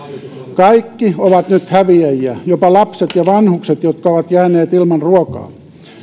kaikki ovat nyt häviäjiä jopa lapset ja vanhukset jotka ovat jääneet ilman ruokaa